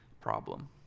problem